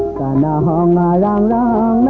la la la la la